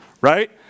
right